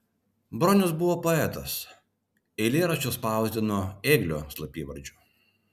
bronius buvo poetas eilėraščius spausdino ėglio slapyvardžiu